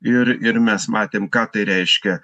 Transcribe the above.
ir ir mes matėm ką tai reiškia